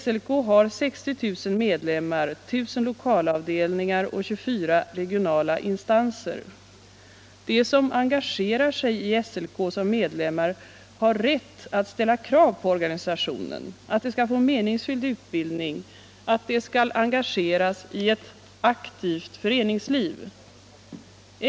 SLK har 60 000 medlemmar, 1 000 lokalavdelningar och 24 regionala instanser. De som engagerar sig i SLK som medlemmar har rätt att ställa krav på organisationen, att de skall få meningsfylld utbildning, att de skall engageras i ett aktivt föreningsliv.